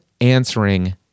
answering